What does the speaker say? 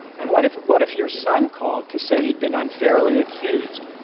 and what if what if your son called to say he'd been unfairly accused?